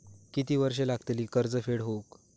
किती वर्षे लागतली कर्ज फेड होऊक?